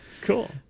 Cool